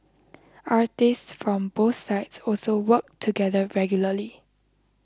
artists from both sides also work together regularly